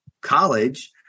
college